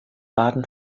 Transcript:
baden